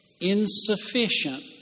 insufficient